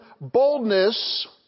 boldness